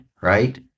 right